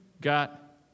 got